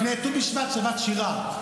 לפני ט"ו בשבט, שבת שירה.